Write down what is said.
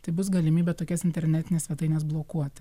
tai bus galimybė tokias internetines svetaines blokuoti